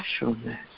specialness